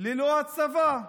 ללא הצבא,